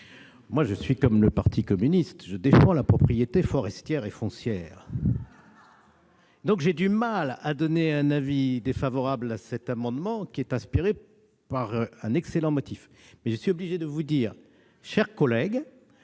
je suis comme le parti communiste : je défends la propriété forestière et foncière. J'ai donc du mal à émettre un avis défavorable sur cet amendement, qui est inspiré par un excellent motif. Toutefois, je suis obligé de vous le dire, mes chers collègues,